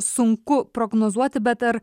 sunku prognozuoti bet ar